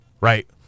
Right